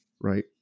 right